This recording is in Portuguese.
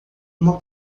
uma